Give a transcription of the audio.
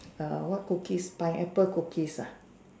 err what cookies pineapple cookies ah